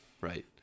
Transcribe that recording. right